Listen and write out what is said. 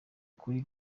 kuri